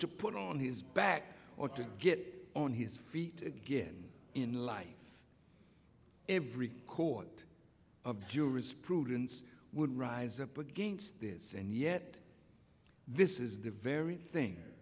to put on his back or to get on his feet again in like every court of jurisprudence would rise up against this and yet this is the very thing